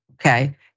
okay